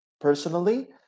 personally